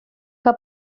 que